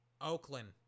Oakland